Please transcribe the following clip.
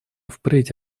впредь